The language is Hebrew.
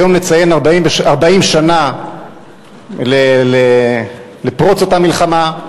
והיום נציין 40 שנה לפרוץ אותה מלחמה.